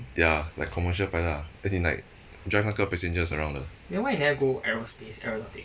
ya like commercial pilot ah as in like drive 那个 passengers around 的